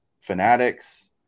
fanatics